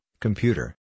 computer